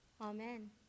Amen